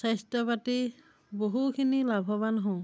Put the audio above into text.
স্বাস্থ্য পাতি বহুখিনি লাভৱান হওঁ